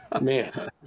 Man